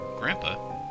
Grandpa